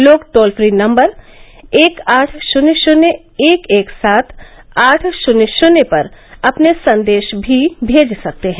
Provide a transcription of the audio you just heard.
लोग toll free number एक आठ षून्य षून्य एक एक सात आठ षून्य षून्य पर अपने संदेश भी भेज सकते हैं